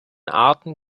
arten